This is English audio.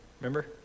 Remember